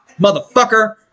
Motherfucker